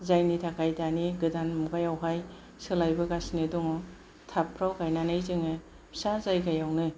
जायनि थाखाय दानि गोदान मुगायावहाय सोलायबोगासिनो दङ टापफोराव गायनानै जोङो फिसा जायगायावनो